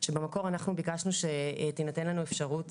שבמקור אנחנו ביקשנו שתינתן לנו אפשרות